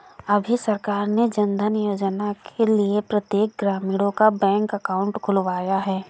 अभी सरकार ने जनधन योजना के लिए प्रत्येक ग्रामीणों का बैंक अकाउंट खुलवाया है